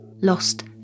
lost